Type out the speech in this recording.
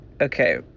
Okay